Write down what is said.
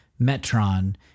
Metron